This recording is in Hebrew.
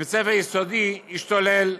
בבית ספר יסודי השתולל.